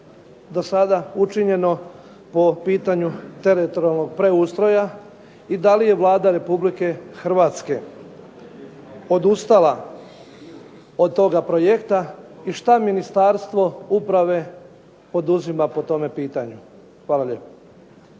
do sada učinjeno po pitanju teritorijalnog preustroja i da li je Vlada Republike Hrvatske odustala od toga projekta, i šta Ministarstvo uprave poduzima po tome pitanju? Hvala lijepa.